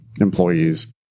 employees